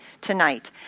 tonight